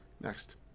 Next